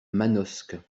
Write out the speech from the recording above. manosque